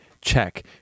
check